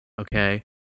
Okay